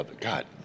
God